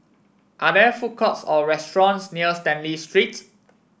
are there food courts or restaurants near Stanley Street